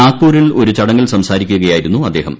നാഗ്പൂരിൽ ഒരു ചടങ്ങിൽ സംസാരിക്കുകയായിരുന്നു അദ്ദേഹം